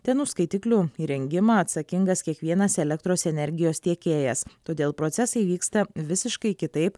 ten už skaitiklių įrengimą atsakingas kiekvienas elektros energijos tiekėjas todėl procesai vyksta visiškai kitaip